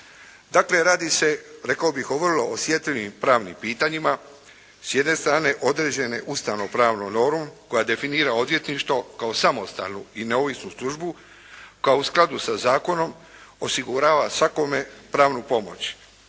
Dakle, radi se rekao bih o vrlo osjetljivim pravnim pitanjima s jedne strane određene ustavno-pravnom normom koja definira odvjetništvo kao samostalnu i neovisnu službu koja u skladu sa zakonom osigurava svakome pravnu pomoć